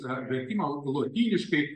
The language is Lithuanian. ar vertimą lotyniškai